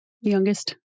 Youngest